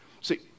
See